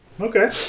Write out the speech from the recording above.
Okay